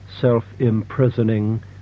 self-imprisoning